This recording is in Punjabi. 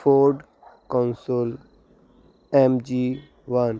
food Consul M G one